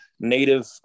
native